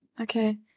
Okay